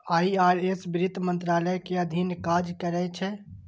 IRS वित्त मंत्रालय के अधीन काज करै छै